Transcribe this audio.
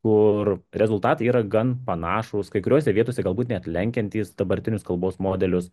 kur rezultatai yra gan panašūs kai kuriose vietose galbūt net lenkiantys dabartinius kalbos modelius